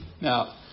Now